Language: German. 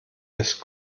ist